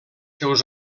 seus